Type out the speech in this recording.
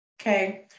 Okay